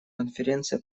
конференция